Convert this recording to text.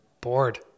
bored